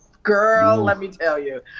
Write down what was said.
girl, let me tell you,